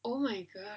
oh my god